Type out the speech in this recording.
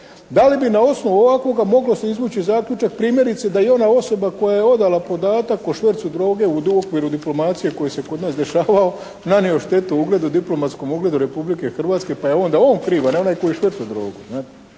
Da li bi na osnovu ovakvoga moglo se izvući zaključak primjerice da i ona osoba koja je odala podatak o švercu droge u okviru diplomacije koje se kod nas dešavao nanio štetu ugledu, diplomatskom ugledu Republike Hrvatske pa je onda on kriv, a ne onaj koji je švercao drogu,